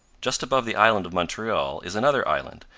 just above the island of montreal is another island,